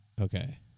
Okay